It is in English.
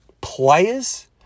players